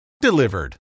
Delivered